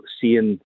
seeing